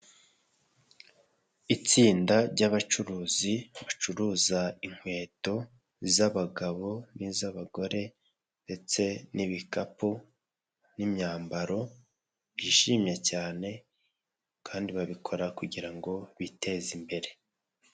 Itsinda ry'abacuruzi bacuruza inkweto z'abagabo n'iz'abagore ndetse n'ibikapu n'imyambaro bishimye cyane kandi babikora kugira ngo biteze imbere.